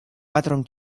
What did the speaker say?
patron